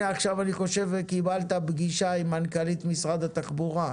עכשיו אני חושב שקיבלת פגישה עם מנכ"לית משרד התחבורה.